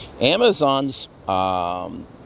amazon's